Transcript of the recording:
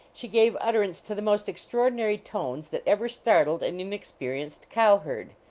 she gave ut terance to the most extraordinary tones that ever startled an inexperienced cow-herd.